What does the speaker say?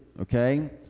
okay